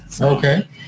Okay